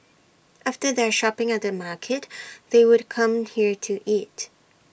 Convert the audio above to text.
after their shopping at the market they would come here to eat